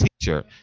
teacher